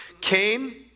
Cain